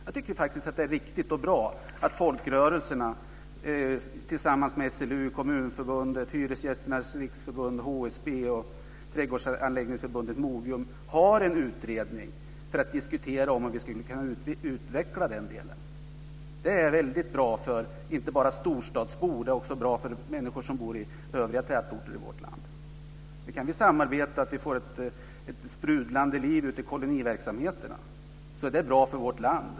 Jag tycker faktiskt att det är riktigt och bra att folkrörelserna tillsammans med SLU, Kommunförbundet, Hyresgästernas Riksförbund, HSB och trädgårdsanläggningsförbundet Movium har en utredning för att diskutera hur vi skulle kunna utveckla den delen. Det är väldigt bra inte bara för storstadsbor utan också för människor som bor i övriga tätorter i vårt land. Om vi kan samarbeta och få ett sprudlande liv ute i koloniverksamheterna är det bra för vårt land.